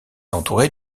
entourée